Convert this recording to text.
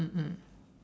mm mm